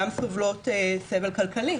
גם סובלות סבל כלכלי,